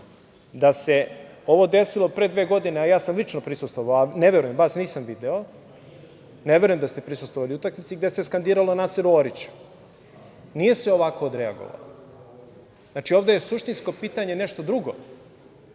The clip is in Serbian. Da se ovo desilo pre dve godine, a ja sam lično prisustvovao, a ne verujem, vas nisam video, ne verujem da ste prisustvovali utakmici gde se skandiralo Naseru Oriću, nije se ovako odreagovalo. Znači, ovde je suštinsko pitanje nešto drugo. Vi